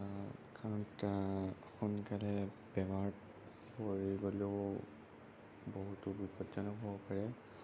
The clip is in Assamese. কাৰণ সোনকালে বেমাৰত পৰি গ'লেও বহুতো বিপদজনক হ'ব পাৰে